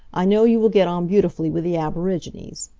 i know you will get on beautifully with the aborigines.